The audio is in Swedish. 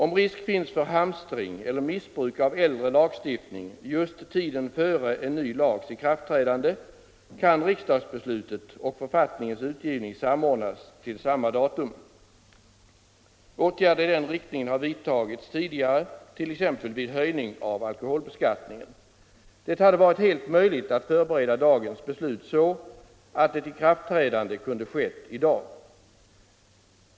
Om risk finns för hamstring eller för annat missbruk av äldre lagstiftning just under tiden före en ny lags ikraftträdande, kan riksdagsbeslutet och författningens utgivning samordnas till samma datum. Åtgärder i den riktningen har vidtagits tidigare, t.ex. vid skärpning av alkoholbeskattningen. Det hade varit helt möjligt att förbereda dagens beslut så, att ett ikraftträdande kunde ske i dag.